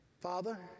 Father